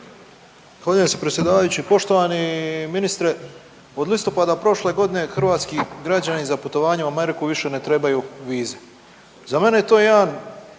Zahvaljujem se predsjedavajući. Poštovani ministre, od listopada prošle godine hrvatski građani za putovanje u Ameriku više ne trebaju vize, za mene je to jedan